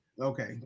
Okay